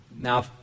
Now